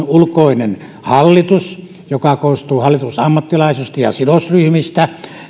ulkoinen hallitus joka koostuu hallitusammattilaisista ja sidosryhmistä